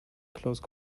close